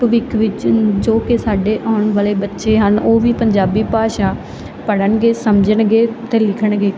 ਭਵਿੱਖ ਵਿੱਚ ਜੋ ਕਿ ਸਾਡੇ ਆਉਣ ਵਾਲੇ ਬੱਚੇ ਹਨ ਉਹ ਵੀ ਪੰਜਾਬੀ ਭਾਸ਼ਾ ਪੜ੍ਹਨਗੇ ਸਮਝਣਗੇ ਅਤੇ ਲਿਖਣਗੇ